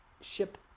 ship